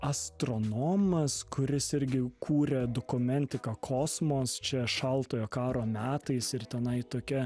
astronomas kuris irgi kūrė dokumentiką kosmos čia šaltojo karo metais ir tenai tokia